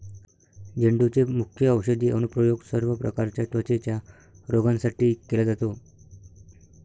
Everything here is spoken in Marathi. झेंडूचे मुख्य औषधी अनुप्रयोग सर्व प्रकारच्या त्वचेच्या रोगांसाठी केला जातो